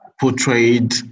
portrayed